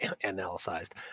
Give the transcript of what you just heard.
analyzed